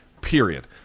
period